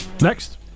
Next